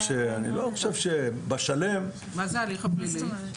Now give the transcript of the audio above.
מה זה ההליך הפלילי?